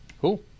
Cool